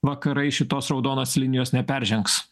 vakarai šitos raudonos linijos neperžengs